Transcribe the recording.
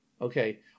Okay